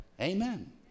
Amen